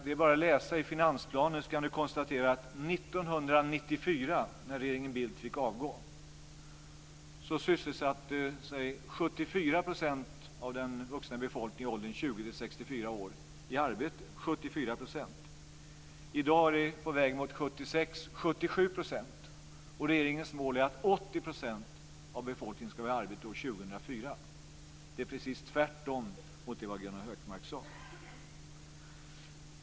Det är bara att läsa i finansplanen, där vi kan konstatera att år 1994, när regeringen Bildt fick avgå, sysselsatte sig 74 % av den vuxna befolkningen i åldern 20-64 år i arbete. I dag är vi på väg mot 77 %, och regeringens mål är att 80 % av befolkningen ska vara i arbete år 2004. Det är raka motsatsen till det som Gunnar Hökmark sade.